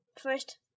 first